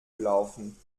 gelaufen